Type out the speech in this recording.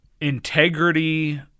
integrity